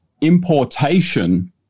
importation